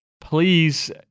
Please